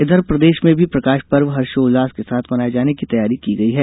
इधर प्रदेश में भी प्रकाश पर्व हर्षोल्लास के साथ मनाये जाने की तैयारी की गई है